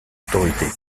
autorités